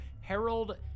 Harold